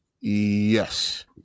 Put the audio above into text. Yes